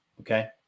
okay